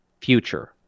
future